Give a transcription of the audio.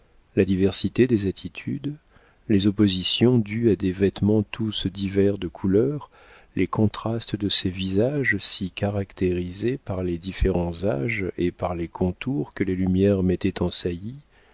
la diversité des attitudes les oppositions dues à des vêtements tous divers de couleur les contrastes de ces visages si caractérisés par les différents âges et par les contours que les lumières mettaient en saillie